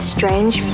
Strange